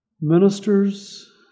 ministers